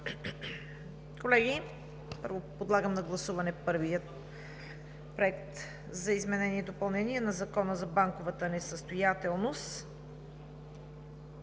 Колеги, подлагам на гласуване първия проект за изменение и допълнение на Закона за банковата несъстоятелност,